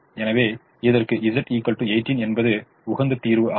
எனவே இதற்கு Z 18 என்பது உகந்த தீர்வு ஆகும்